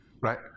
right